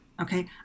Okay